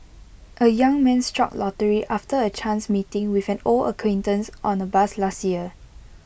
A young man struck lottery after A chance meeting with an old acquaintance on A bus last year